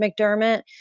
McDermott